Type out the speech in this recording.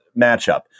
matchup